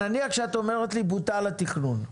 נניח שאת אומרת לי שבוטל התכנון,